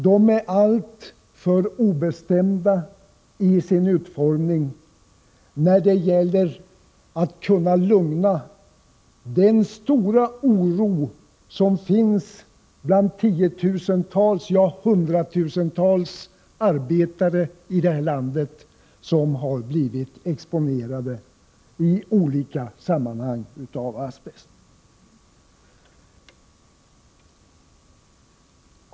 De är alltför obestämda i sin utformning när det gäller att kunna stilla den stora oro som finns bland tiotusentals, ja hundratusentals arbetare i det här landet vilka har blivit exponerade i olika sammanhang av asbest.